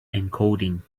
encoding